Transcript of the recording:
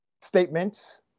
statements